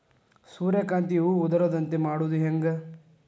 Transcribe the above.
ಸೂರ್ಯಕಾಂತಿ ಹೂವ ಉದರದಂತೆ ಮಾಡುದ ಹೆಂಗ್?